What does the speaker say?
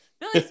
Billy